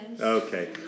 Okay